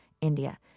India